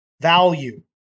Value